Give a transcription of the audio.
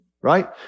right